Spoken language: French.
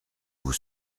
vous